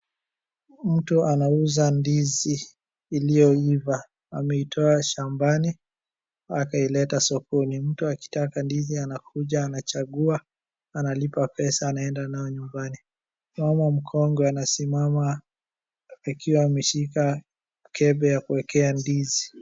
Mtu anauza ndizi iliyoiva. Ameitoa shambani akaileta sokoni. Mtu akitaka ndizi anakuja anachagua analipa pesa anaenda nayo nyumbani. Mama mkongwe anasimama akiwa ameshika mkebe ya kuekea ndizi.